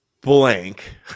blank